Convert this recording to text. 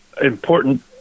important